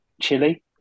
chili